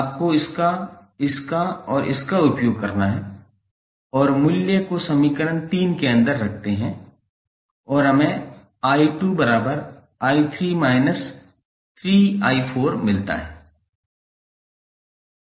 आपको इसका इसका और इसका उपयोग करना है और मूल्य को समीकरण 3 के अंदर रखते है और हमें 𝑖2𝑖3 3𝑖4 मिलता है